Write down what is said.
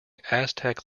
aztec